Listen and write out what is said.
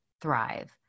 thrive